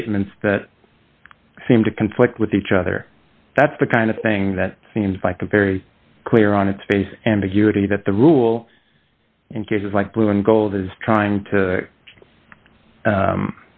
statements that seem to conflict with each other that's the kind of thing that seems like a very clear on its face and beauty that the rule in cases like blue and gold is trying to